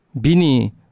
Bini